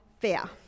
Fair